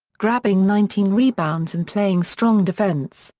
grabbing nineteen rebounds and playing strong defense,